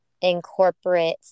incorporate